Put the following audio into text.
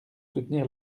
soutenir